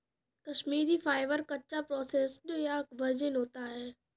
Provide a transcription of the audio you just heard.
Kashmiri fibre, कच्चा, processed या virgin होता है